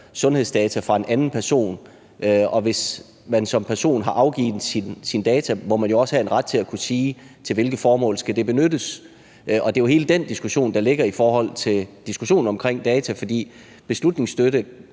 sundhedsdata fra en anden person, og hvis man som person har afgivet sine data, må man jo også have en ret til at kunne sige, til hvilket formål de skal benyttes, og det er jo hele den diskussion, der ligger i forhold til diskussionen om data. For beslutningsstøtte